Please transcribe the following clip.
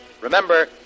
Remember